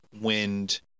wind